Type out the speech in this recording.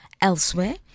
elsewhere